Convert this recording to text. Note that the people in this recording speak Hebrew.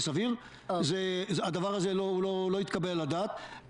הדבר הזה לא התקבל על הדעת.